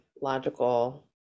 logical